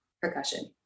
percussion